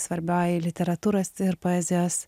svarbioj literatūros ir poezijos